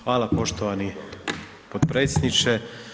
Hvala poštovani potpredsjedniče.